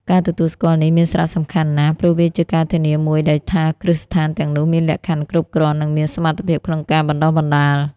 ការទទួលស្គាល់នេះមានសារៈសំខាន់ណាស់ ព្រោះវាជាការធានាមួយដែលថាគ្រឹះស្ថានទាំងនោះមានលក្ខខណ្ឌគ្រប់គ្រាន់ និងមានសមត្ថភាពក្នុងការបណ្តុះបណ្តាល។